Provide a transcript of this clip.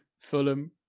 Fulham